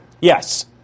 Yes